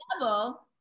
level